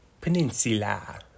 Peninsula